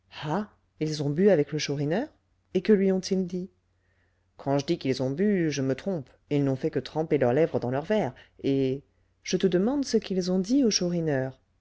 ils ont bu avec le chourineur et que lui ont-ils dit quand je dis qu'ils ont bu je me trompe ils n'ont fait que tremper leurs lèvres dans leurs verres et je te demande ce qu'ils ont dit au